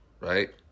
right